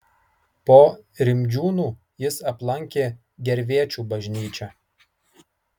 po rimdžiūnų jis aplankė gervėčių bažnyčią